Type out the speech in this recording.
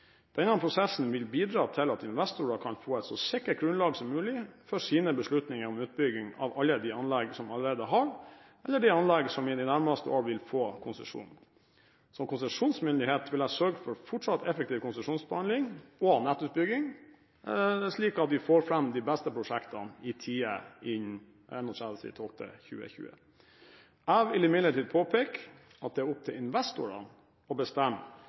Denne prosessen vil bidra til at investorer kan få et så sikkert grunnlag som mulig for sine beslutninger om utbygging av alle de anlegg som allerede har konsesjon, eller de anlegg som i de nærmeste år vil få det. Som konsesjonsmyndighet vil jeg sørge for fortsatt effektiv konsesjonsbehandling og nettutbygging, slik at vi får fram de beste prosjektene i tide, innen 31. desember 2020. Jeg vil imidlertid påpeke at det er opp til investorene å bestemme